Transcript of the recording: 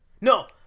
No